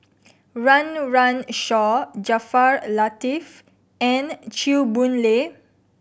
Run Run Shaw Jaafar Latiff and Chew Boon Lay